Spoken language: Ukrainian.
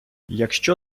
якщо